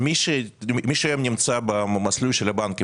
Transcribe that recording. מי שנמצא במסלול של הבנקים,